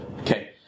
Okay